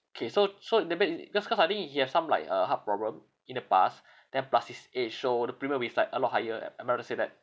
K so so that mean i~ i~ because cause I think he have some like uh heart problem in the past then plus his age so the premium is like a lot higher am am I right to say that